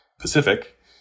Pacific